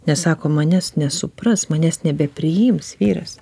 nes sako manęs nesupras manęs nebepriims vyras